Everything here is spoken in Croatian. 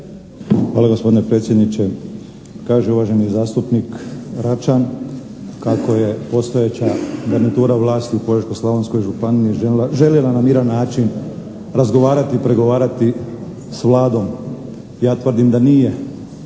Hvala gospodine predsjedniče. Kaže uvaženi zastupnik Račan kako je postojeća garnitura vlasti u Požeško-slavonskoj županiji željela na miran način razgovarati i pregovarati s Vladom. Ja tvrdim da nije.